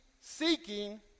seeking